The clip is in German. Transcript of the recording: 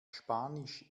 spanisch